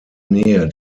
nähe